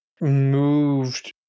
moved